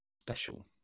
special